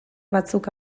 batzuk